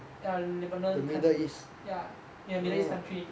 ya lebanon count~ ya middle east country